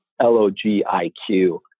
L-O-G-I-Q